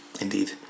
indeed